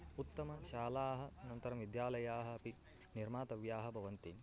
उत्तमशालाः अनन्तरं विद्यालयाः अपि निर्मातव्याः भवन्ति